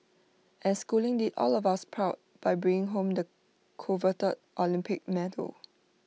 and schooling did all of us proud by bringing home the coveted Olympic medal